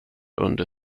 under